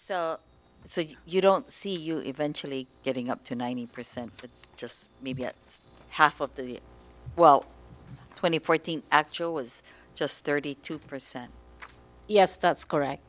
so so you don't see you eventually getting up to ninety percent just maybe half of the well twenty fourteen actual was just thirty two percent yes that's correct